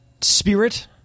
spirit